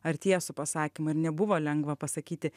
ar tiesų pasakymą ir nebuvo lengva pasakyti